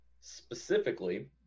Specifically